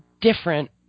different